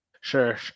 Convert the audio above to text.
sure